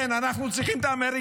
כן, אנחנו צריכים את האמריקאים,